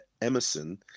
emerson